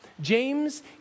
James